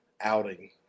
outing